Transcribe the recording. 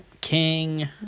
King